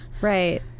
Right